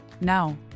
Now